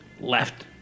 left